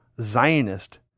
Zionist